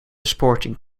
sporting